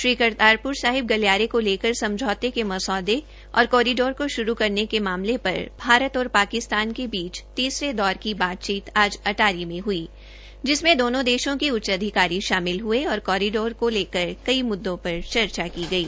Shri Kartarpur गलियारे को लेकर समझौते के मसौदे और कोरिडोर को शुरू करने के मामले पर भारत और पाकिस्तान के बीच तीसरे चरण की बातचीत आज अटारी में हई जिसमें दोनों देशों के उच्च अधिकारी शामिल हये और कोरिडोर को लेकर कई मुद्दों पर चर्चा की गई